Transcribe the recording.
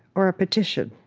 or a petition,